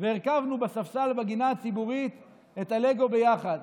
והרכבנו בספסל בגינה הציבורית את הלגו ביחד.